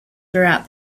throughout